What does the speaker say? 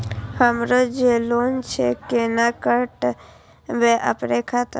हमरो जे लोन छे केना कटेबे अपनो खाता से?